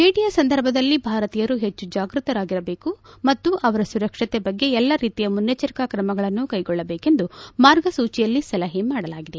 ಭೇಟಿ ಸಂದರ್ಭದಲ್ಲಿ ಭಾರತೀಯರು ಹೆಚ್ಚು ಜಾಗೃತವಾಗಿರಬೇಕು ಮತ್ತು ಅವರ ಸುರಕ್ಷಕೆ ಬಗ್ಗೆ ಎಲ್ಲ ರೀತಿಯ ಮುನ್ನೆಚ್ವರಿಕಾಕ್ರಮಗಳನ್ನು ಕೈಗೊಳ್ಳಬೇಕೆಂದು ಮಾರ್ಗಸೂಚಿಯಲ್ಲಿ ಸಲಹೆ ಮಾಡಲಾಗಿದೆ